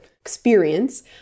experience